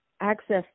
access